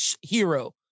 hero